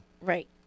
Right